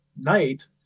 night